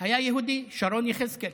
היה יהודי, ששון יחזקאל.